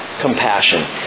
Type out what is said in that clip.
compassion